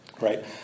Right